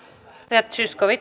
arvoisa